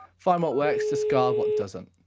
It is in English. find what works, discard what doesn't.